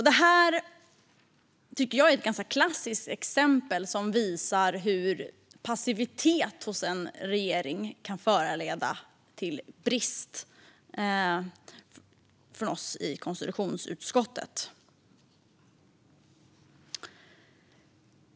Detta tycker jag är ett ganska klassiskt exempel som visar hur passivitet hos en regering kan föranleda att vi från konstitutionsutskottet anser att det är en brist.